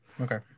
Okay